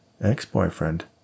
Ex-boyfriend